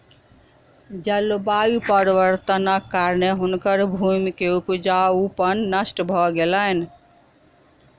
जलवायु परिवर्तनक कारणेँ हुनकर भूमि के उपजाऊपन नष्ट भ गेलैन